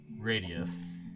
radius